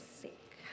sick